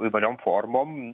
įvairiom formom